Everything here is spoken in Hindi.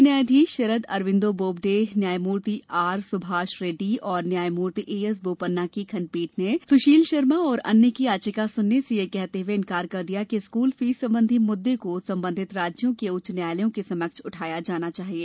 मुख्य न्यायाधीश शरद अरविंद बोबडे न्यायमूर्ति आर सुभाष रेड्डी और न्यायमूर्ति ए एस बोपन्ना की खंडपीठ ने सुशील शर्मा और अन्य की याचिका सुनने से यह कहते हुए इनकार कर दिया कि स्कूल फीस संबंधी मुद्दे को संबंधित राज्यों के उच्च न्यायालयों के समक्ष उठाया जाना चाहिए